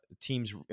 teams